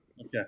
Okay